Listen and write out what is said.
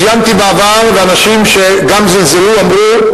ציינתי בעבר, ואנשים שגם זלזלו אמרו: